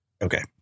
Okay